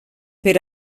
per